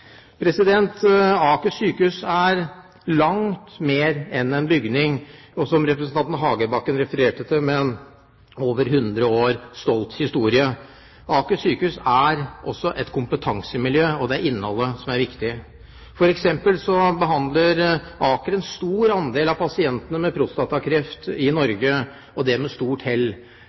Aker sykehus er langt mer enn en bygning og har, som representanten Hagebakken refererte til, en over 100 års stolt historie. Aker sykehus er også et kompetansemiljø, og det er innholdet som er viktig. For eksempel behandler Aker en stor andel av pasientene med prostatakraft i Norge, og det med stor hell.